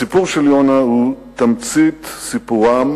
הסיפור של יונה הוא תמצית סיפורם